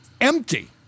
empty